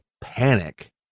panic